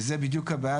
וזו בדיוק הבעיה,